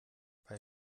bei